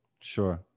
Sure